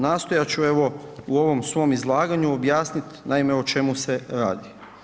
Nastojat ću evo u ovom svom izlaganju objasnit naime o čemu se radi.